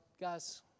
guys